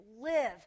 live